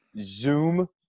Zoom